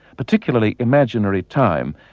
particularly imaginary time,